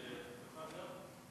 אני יכול גם?